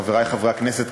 חברי חברי הכנסת,